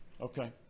Okay